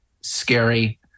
scary